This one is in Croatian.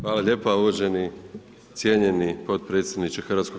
Hvala lijepa uvaženi, cijenjeni potpredsjedniče HS.